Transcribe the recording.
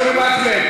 הוא ענה לך.